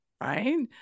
Right